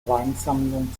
weinsammlung